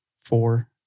four